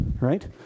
Right